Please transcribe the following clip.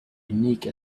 unique